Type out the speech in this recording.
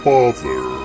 Father